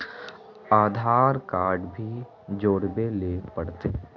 आधार card भी जोरबे ले पड़ते?